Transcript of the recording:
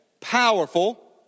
Powerful